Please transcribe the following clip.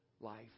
life